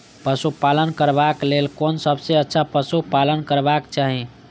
पशु पालन करबाक लेल कोन सबसँ अच्छा पशु पालन करबाक चाही?